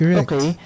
okay